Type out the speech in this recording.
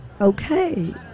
Okay